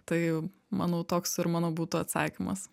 tai manau toks ir mano būtų atsakymas